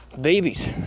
Babies